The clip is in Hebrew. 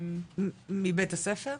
שאני --- מבית הספר?